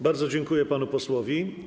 Bardzo dziękuję panu posłowi.